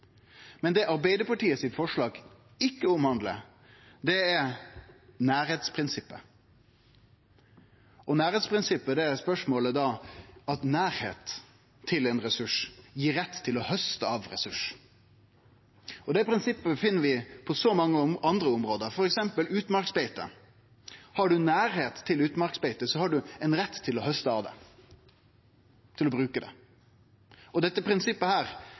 Men det forslaget frå Arbeidarpartiet ikkje omhandlar, er nærleiksprinsippet. Nærleiksprinsippet gjeld spørsmålet om nærleik til ein ressurs gir rett til å hauste av ressursen. Det prinsippet finn vi på så mange andre område, f.eks. utmarksbeite. Har ein nærleik til utmarksbeite, har ein rett til å hauste av det, til å bruke det. Dette prinsippet